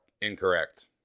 Incorrect